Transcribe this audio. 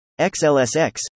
xlsx